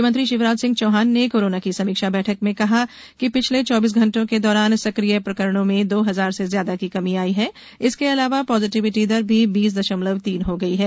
मुख्यमंत्री शिवराज सिंह चौहान ने कोरोना की समीक्षा बैठक में कहा कि पिछले चौबीस घंटों के दौरान सकिय प्रकरणों में दो हजार से ज्यादा की कमी आई हैं इसके अलावा पॉजिटिविटी दर भी बीस दशमलव तीन हो गई है